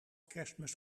kerstmis